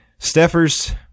Steffers